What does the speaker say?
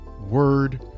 word